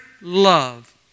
love